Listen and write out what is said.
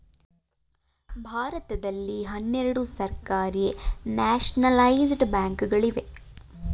ಭಾರತದಲ್ಲಿ ಹನ್ನೆರಡು ಸರ್ಕಾರಿ ನ್ಯಾಷನಲೈಜಡ ಬ್ಯಾಂಕ್ ಗಳಿವೆ